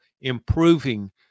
improving